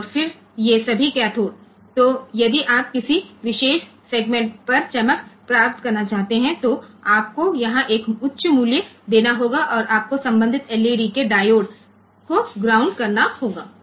તેથી જો તમે ચોક્કસ સેગમેન્ટ પર ગ્લો કરવા માંગતા હોવ તો આપણે અહીં ઊંચી કિંમત આપવી પડશે અને આપણે સંબંધિત LED ના સંબંધિત ડાયોડ ને ગ્રાઉન્ડ કરવું પડશે